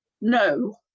No